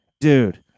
Dude